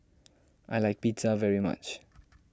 I like Pizza very much